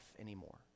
anymore